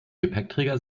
gepäckträger